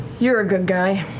you're a good guy.